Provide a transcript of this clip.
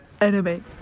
anime